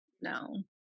No